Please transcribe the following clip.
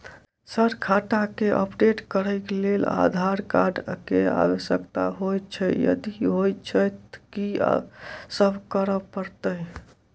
Sir खाता केँ update करऽ लेल आधार कार्ड केँ आवश्यकता होइ छैय यदि होइ छैथ की सब करैपरतैय?